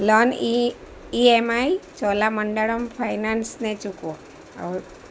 loan ઇ EMI Cholamandalam ફાઇનાન્સને ચૂકવો હવે